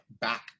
back